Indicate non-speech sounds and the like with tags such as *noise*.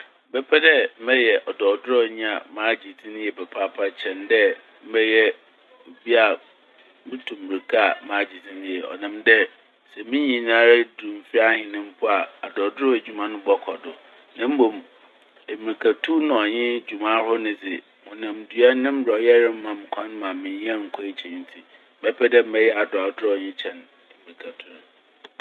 *noise* Mebɛpɛ dɛ mɛyɛ ɔdrɔdrɔnyi a magye dzin yie papaapa kyɛn dɛ mɛyɛ obi a mutu mbirka a magye dzin yie. Ɔnam dɛ sɛ minyin ara du mfe ahen mpo a adrɔdrɔ edwuma n' bɔkɔ do na mbom emirkatu na ɔnye dwuma ahorow ne dze honamdua ne mberɛwyɛ remma mo kwan ma mennyɛ nkɔ ekyir ntsi mɛpɛ dɛ mɛyɛ adrɔdrɔnyi kyɛn mbirkatu no.